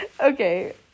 Okay